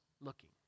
looking